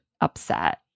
upset